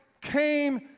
came